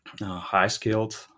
high-skilled